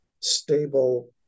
stable